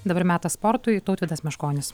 dabar metas sportui tautvydas meškonis